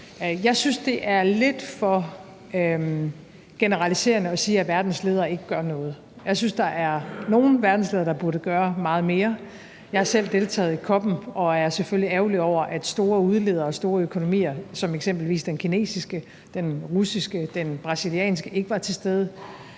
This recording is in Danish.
Jeg synes, det er lidt for generaliserende at sige, at verdens ledere ikke gør noget. Jeg synes, at der er nogle verdensledere, der burde gøre meget mere. Jeg har selv deltaget i COP'en og er selvfølgelig ærgerlig over, at store udledere, store økonomier som eksempelvis den kinesiske, den russiske, den brasilianske ikke var til stede